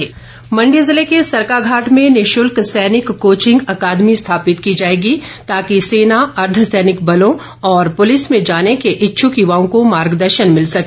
महेन्द्र सिंह मण्डी जिले के सरकाघाट में निशुल्क सैनिक कोचिंग अकादमी स्थापित की जाएगी ताकि सेना अर्धसैनिक बलों और पुलिस में जाने के इच्छ्क युवाओं को मार्गदर्शन मिल सके